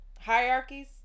hierarchies